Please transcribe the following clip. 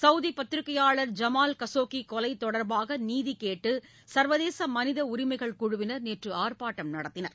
Saudi பத்திரிக்கையாளர் Jamal Khashoggi கொலை தொடர்பாக நீதி கேட்டு சர்வதேச மனித உரிமைகள் குழுவினர் நேற்று ஆர்பாட்டம் நடத்தினர்